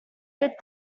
sit